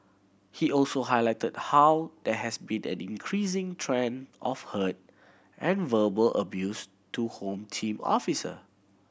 he also highlighted how there has been an increasing trend of hurt and verbal abuse to Home Team officer